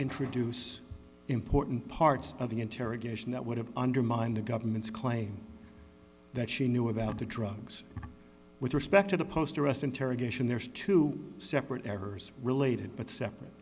introduce important parts of the interrogation that would have undermined the government's claim that she knew about the drugs with respect to the post arrest interrogation there's two separate errors related but sep